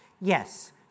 Yes